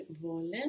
wollen